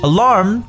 Alarm